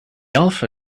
alpha